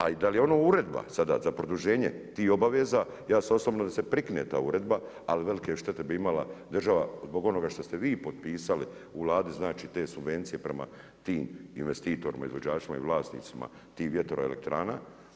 A i da li je ono uredba sada za produženje tih obaveza, ja sam osobno da se prekine ta uredba ali velike štete bi imala država zbog onoga što ste vi potpisali u Vladi znači te subvencije prema tim investitorima, izvođačima i vlasnicima tih vjetroelektrana.